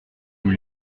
nous